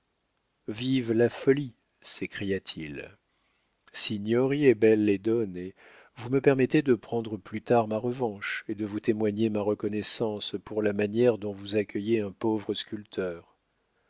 vive la folie s'écria-t-il signori e belle donne vous me permettrez de prendre plus tard ma revanche et de vous témoigner ma reconnaissance pour la manière dont vous accueillez un pauvre sculpteur